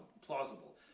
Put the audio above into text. plausible